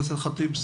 אימאן ח'טיב,